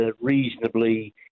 reasonably